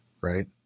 right